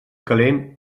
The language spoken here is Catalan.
calent